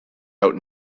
out